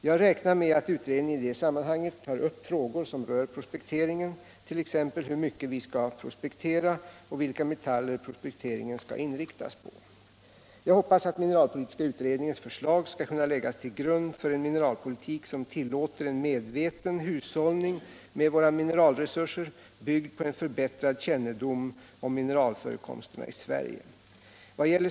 Jag räknar med att utredningen i det sammanhanget tar upp frågor som rör prospekteringen, t.ex. hur mycket vi skall prospektera och vilka metaller prospekteringen skall inriktas på. Jag hoppas att mineralpolitiska utredningens förslag skall kunna läggas till grund för en mineralpolitik som tillåter en medveten hushållning med våra mineralresurser, byggd på en förbättrad kännedom om mineralförekomsterna i Sverige.